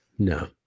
no